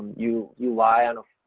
you you lie on a,